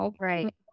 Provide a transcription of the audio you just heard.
Right